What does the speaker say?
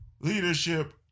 leadership